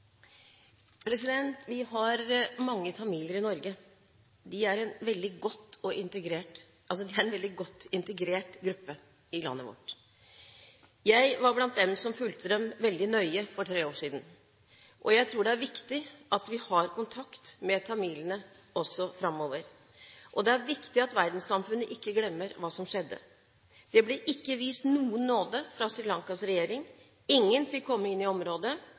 Vi har mange tamiler i Norge. De er en veldig godt integrert gruppe i landet vårt. Jeg var blant dem som fulgte dem veldig nøye for tre år siden, og jeg tror det er viktig at vi har kontakt med tamilene også framover. Det er også viktig at verdenssamfunnet ikke glemmer hva som skjedde. Det ble ikke vist noen nåde fra Sri Lankas regjering. Ingen fikk komme inn i området